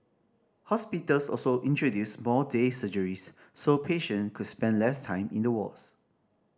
hospitals also introduced more day surgeries so patient could spend less time in the wards